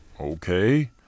Okay